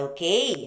Okay